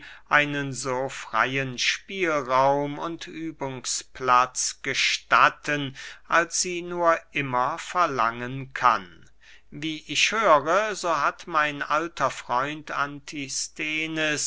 einen so freyen spielraum und übungsplatz gestatten als sie nur immer verlangen kann wie ich höre so hat mein alter freund